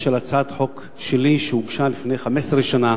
של הצעת חוק שלי שהוגשה לפני 15 שנה